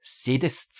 sadists